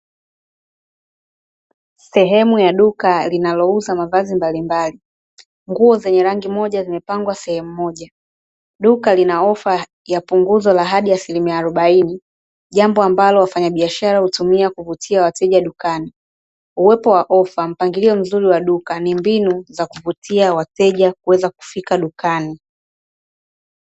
Sehemu ya duka linalouza mavazi mbalimbali, nguo zenye rangi moja zimepangwa sehemu moja. Duka lina ofa ya punguzo hadi asilimia arobaini, jambo ambalo wafanyabiashara hutumia kuvutia wateja dukani. Uwepo wa ofa, mpangilio mzuri wa duka, ni mbinu za kuvutia wateja kuweza kufika dukani.